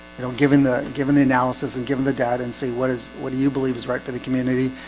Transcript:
you know given the given the analysis and given the data and say what is what do you believe is right for the community?